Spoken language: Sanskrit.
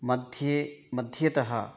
मध्ये मध्यतः